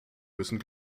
müssen